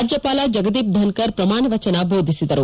ರಾಜ್ಯಪಾಲ ಜಗದೀಪ್ ಧನಕರ್ ಪ್ರಮಾಣ ವಚನ ಬೋಧಿಸಿದರು